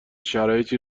شرایطی